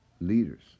leaders